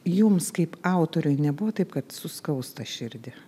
jums kaip autoriui nebuvo taip kad suskausta širdį